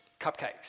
cupcakes